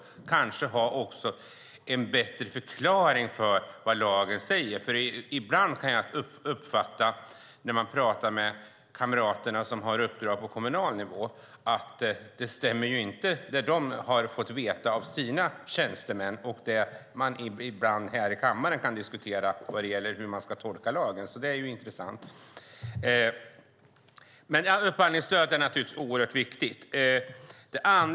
Man kanske också kan ha en bättre förklaring till vad lagen säger, för ibland när man pratar med kamrater som har uppdrag på kommunalnivå kan jag uppfatta att det som de har fått veta av sina tjänstemän inte stämmer med det man här i kammaren ibland kan diskutera vad gäller hur man ska tolka lagen. Det är intressant. Upphandlingsstöd är naturligtvis oerhört viktigt.